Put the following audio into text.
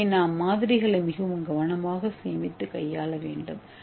எனவே நாம் மாதிரிகளை மிகவும் கவனமாக சேமித்து கையாள வேண்டும்